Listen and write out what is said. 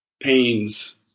pains